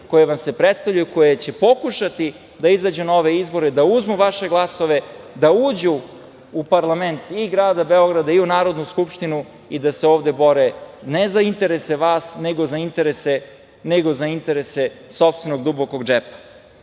koje vam se predstavljaju, koje će pokušati da izađu na ove izbore, da uzmu vaše glasove, da uđu u parlament i grada Beograda i u Narodnu skupštinu i da se ovde bore ne za interese vas, nego za interese sopstvenog dubokog